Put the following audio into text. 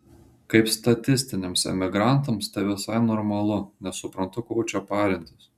kaip statistiniams emigrantams tai visai normalu nesuprantu ko čia parintis